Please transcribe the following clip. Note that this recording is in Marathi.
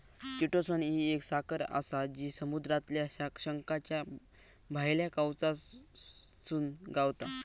चिटोसन ही एक साखर आसा जी समुद्रातल्या शंखाच्या भायल्या कवचातसून गावता